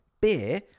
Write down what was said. beer